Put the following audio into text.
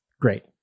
Great